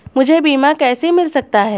मुझे बीमा कैसे मिल सकता है?